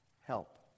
help